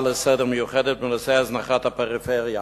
מיוחדת לסדר-היום בנושא הזנחת הפריפריה,